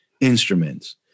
instruments